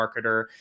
marketer